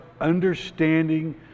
understanding